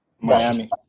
Miami